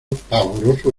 pavoroso